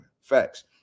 Facts